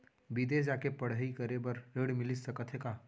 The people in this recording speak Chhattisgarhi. बिदेस जाके पढ़ई करे बर ऋण मिलिस सकत हे का?